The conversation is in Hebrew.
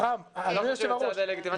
--- דה-לגיטימציה.